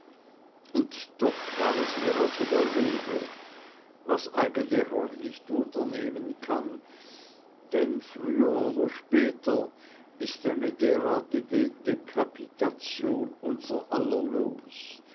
und doch war es mir als ob er lebe was eigentlich auch nicht wundernehmen kann denn früher oder später ist eine derartige dekapitation unser aller los